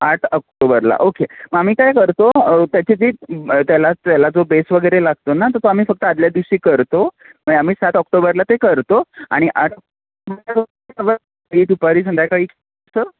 आठ ऑक्टोबरला ओके मग आम्ही काय करतो त्याचे ते त्याला त्याला जो बेस वगैरे लागतो ना तर तो आम्ही फक्त आदल्या दिवशी करतो आम्ही सात ऑक्टोबरला ते करतो आणि आठ ऑक्टोबरला दुपारी संध्याकाळी सं